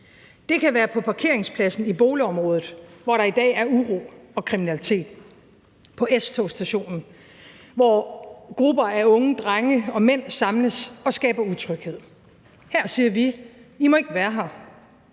Det kan være på parkeringspladsen i boligområdet, hvor der i dag er uro og kriminalitet, på S-togstationen, hvor grupper af unge drenge og mænd samles og skaber utryghed. Her siger vi: I må ikke være her,